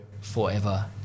forever